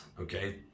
okay